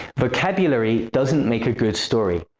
vocabulary doesn't make a good story.